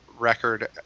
record